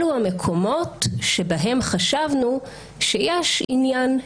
אלו המקומות שבהם חשבנו שיש עניין,